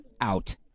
out